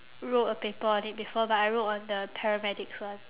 wrote a paper on it before but I wrote on the paramedics one